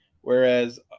whereas